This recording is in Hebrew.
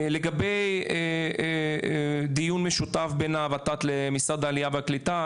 לגבי דיון משותף בין הות"ת למשרד העלייה והקליטה,